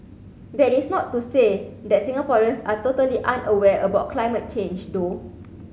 that is not to say that Singaporeans are totally unaware about climate change though